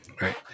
Right